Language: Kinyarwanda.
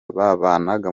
babanaga